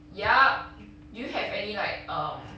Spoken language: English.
yup do you have any like um